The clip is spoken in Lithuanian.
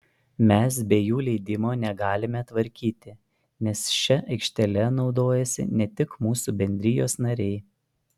mes be jų leidimo negalime tvarkyti nes šia aikštele naudojasi ne tik mūsų bendrijos nariai